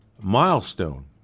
milestone